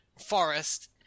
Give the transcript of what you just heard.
Forest